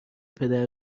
پدر